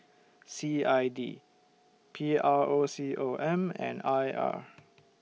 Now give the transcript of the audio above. C I D P R O C O M and I R